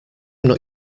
not